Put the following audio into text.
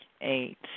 eight